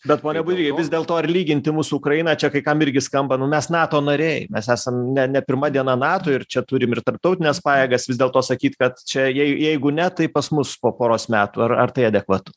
bet pone budry vis dėlto ar lyginti mus su ukraina čia kai kam irgi skamba nu mes nato nariai mes esam ne ne pirma diena nato ir čia turim ir tarptautines pajėgas vis dėlto sakyt kad čia jei jeigu ne tai pas mus po poros metų ar ar tai adekvatu